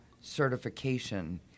certification